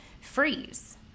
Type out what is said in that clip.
freeze